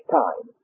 time